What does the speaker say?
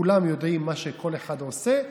כולם יודעים מה שכל אחד עושה,